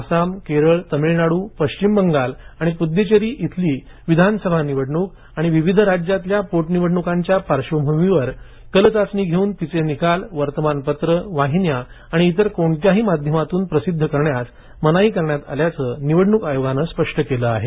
आसाम केरळ तमिळनाडू पश्चिम बंगाल आणि पुद्च्चेरी इथली विधानसभा निवडणूक आणि विविध राज्यातल्या पोटनिवडणूकांच्या पार्श्वभूमीवर कलचाचणी घेऊन तिचे निकाल वर्तमानपत्रे वाहिन्या आणि इतर कोणत्याही माध्यमातून प्रसिद्ध करण्यास मनाई करण्यात आल्याचं निवडणूक आयोगानं स्पष्ट केलं आहे